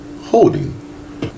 holding